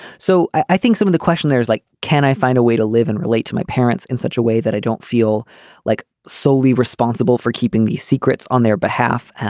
so i think some of the question there is like can i find a way to live and relate to my parents in such a way that i don't feel like solely responsible for keeping these secrets on their behalf.